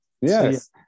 Yes